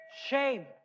Shame